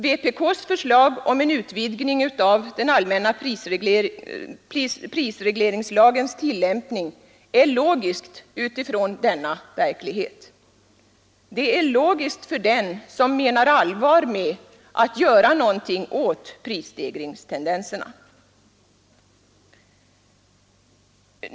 Vpk:s förslag om en utvidgning av den allmänna prisregleringslagens tillämpning är logiskt utifrån denna verklighet. Det är logiskt för den som menar allvar med att göra någonting åt prisstegringstendenserna.